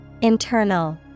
Internal